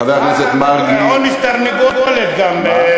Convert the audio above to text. חבר הכנסת מרגי, עונש לתרנגולת גם.